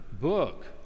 book